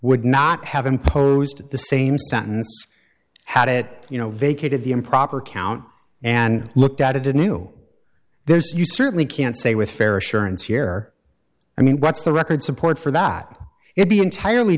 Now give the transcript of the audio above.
would not have imposed the same sentence had it you know vacated the improper count and looked at it in new there's you certainly can't say with fair assurance here i mean what's the record support for that it be entirely